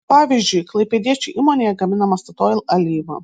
pavyzdžiui klaipėdiečių įmonėje gaminama statoil alyva